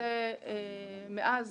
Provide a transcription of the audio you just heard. מאז